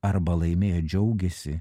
arba laimėję džiaugiasi